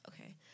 okay